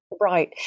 Right